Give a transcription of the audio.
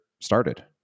started